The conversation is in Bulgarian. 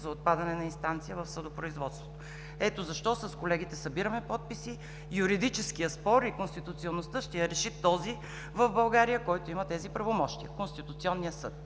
за отпадане на инстанция в съдопроизводството. Ето защо с колегите събираме подписи. Юридическият спор и конституционността ще я реши този в България, който има тези правомощия – Конституционният съд.